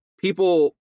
people